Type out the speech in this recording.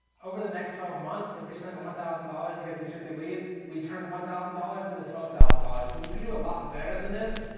over the next twelve months if we spent one thousand dollars to get these fifty leads, we turn one thousand dollars into twelve thousand dollars. and you can do a lot better than this.